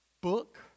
book